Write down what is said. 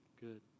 Good